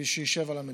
והיא תשב על המדוכה.